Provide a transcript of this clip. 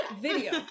video